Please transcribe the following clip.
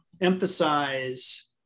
emphasize